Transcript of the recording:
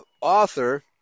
author